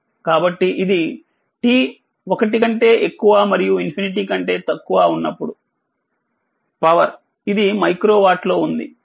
కాబట్టిఇదిt 1 కంటే ఎక్కువ మరియు ∞ కంటే తక్కువఉన్నప్పుడు పవర్ ఇది మైక్రో వాట్ లో ఉంది